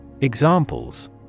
Examples